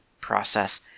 process